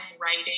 writing